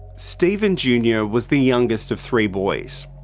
stephen junior was the youngest of three boys.